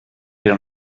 pero